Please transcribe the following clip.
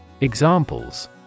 Examples